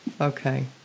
Okay